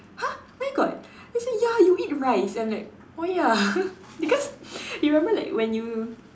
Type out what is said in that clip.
!huh! where got she said ya you eat rice I'm like oh ya because you remember like when you